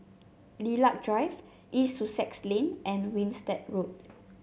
Lilac Drive East Sussex Lane and Winstedt Road